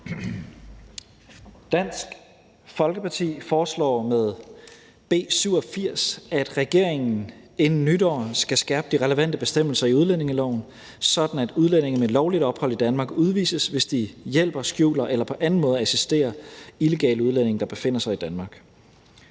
Dansk Folkeparti foreslår med B 87, at regeringen inden nytår skal skærpe de relevante bestemmelser i udlændingeloven, sådan at udlændinge med lovligt ophold i Danmark udvises, hvis de hjælper, skjuler eller på anden måde assisterer illegale udlændinge, der befinder sig i Danmark.